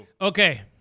Okay